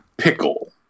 pickle